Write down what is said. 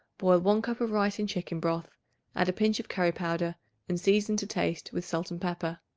boil one cup of rice in chicken broth add a pinch of curry-powder and season to taste with salt and pepper.